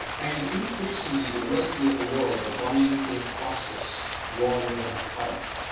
and increasingly, the wealthy of the world are buying a process rather than a product.